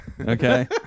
okay